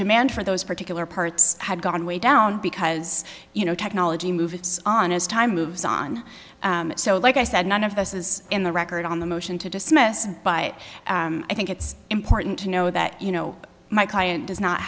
demand for those particular parts had gone way down because you know technology moves on as time moves on so like i said none of us is in the record on the motion to dismiss but i think it's important to know that you know my client does not